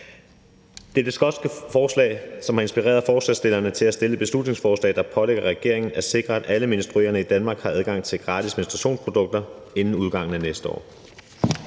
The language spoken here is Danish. det skotske forslag, der har inspireret forslagsstillerne til at fremsætte et beslutningsforslag, der pålægger regeringen at sikre, at alle menstruerende i Danmark har adgang til gratis menstruationsprodukter inden udgangen af næste år.